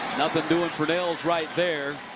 nothing doing for nails right there.